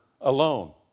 alone